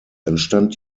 entstand